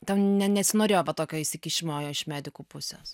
tau ne nesinorėjo va tokio įsikišimo iš medikų pusės